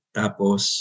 tapos